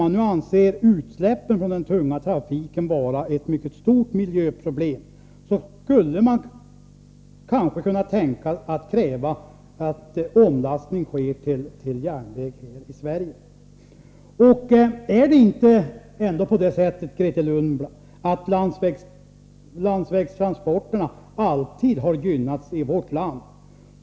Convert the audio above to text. Men om man anser att utsläppen från den tunga trafiken är ett mycket stort miljöproblem, skulle man väl kunna tänka sig att kräva att omlastning till järnväg sker här i Sverige. Är det ändå inte på det sättet, Grethe Lundblad, att landsvägstransporterna alltid gynnats i vårt land?